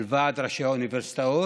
על ועד ראשי האוניברסיטאות,